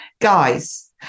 guys